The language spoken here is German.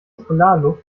polarluft